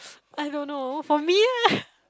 I don't know for me